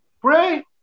pray